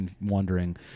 wondering